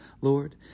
Lord